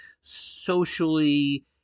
socially